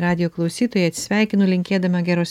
radijo klausytojai atsisveikinu linkėdama geros